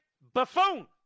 buffoon